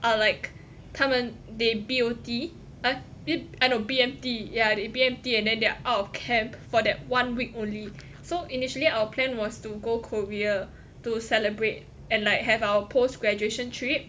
are like 他们 they B_O_T err eh no B_M_T yeah they B_M_T and then they're out of camp for that one week only so initially our plan was to go Korea to celebrate and like have our post graduation trip